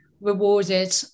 rewarded